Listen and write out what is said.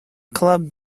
club